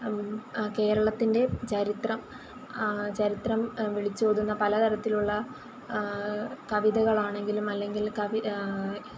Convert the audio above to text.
കേരളത്തിൻ്റെ ചരിത്രം ചരിത്രം വിളിച്ചോതുന്ന പല തരത്തിലുള്ള കവിതകളാണെങ്കിലും അല്ലെങ്കിൽ കവി